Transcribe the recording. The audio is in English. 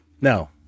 no